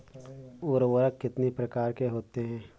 उर्वरक कितनी प्रकार के होते हैं?